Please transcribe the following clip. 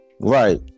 right